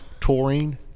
touring